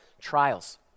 trials